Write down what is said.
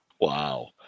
Wow